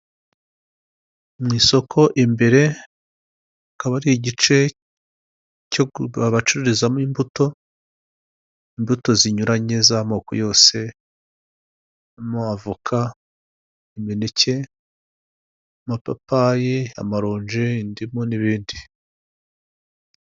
Mu isoko imbere hakaba ari igice cyo abacururizamo imbuto zinyuranye z'amoko yose harimo; avoka, imineke, amapapyi, amarunje, indimu ndetse n'ibindi.